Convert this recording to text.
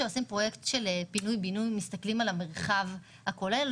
כשעושים פרויקט של פינוי בינוי מסתכלים על המרחב הכולל,